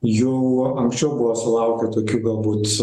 jau anksčiau buvo sulaukę tokių galbūt